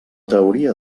teoria